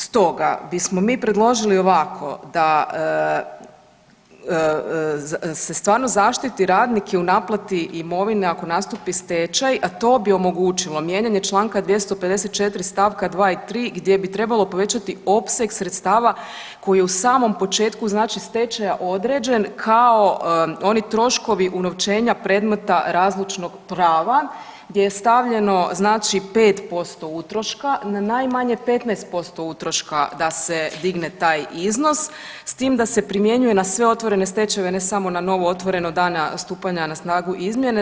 Stoga bismo mi predložili ovako da se stvarno zaštiti radnik i u naplati imovine ako nastupni stečaj, a to bi omogućilo mijenjanje čl. 254. st. 2. i 3. gdje bi trebalo povećati opseg sredstava koji je u samom početku znači stečaja određen kao oni troškovi unovčenja predmeta razlučnog prava gdje je stavljeno znači 5% utroška na najmanje 15% utroška da se digne taj iznos s tim da se primjenjuje na sve otvorene stečajeve ne samo na novootvoreno dana stupanja na snagu izmjene.